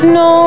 no